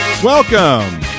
Welcome